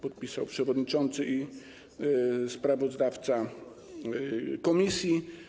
Podpisał przewodniczący i sprawozdawca komisji.